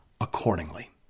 accordingly